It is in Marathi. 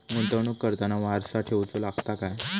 गुंतवणूक करताना वारसा ठेवचो लागता काय?